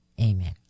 Amen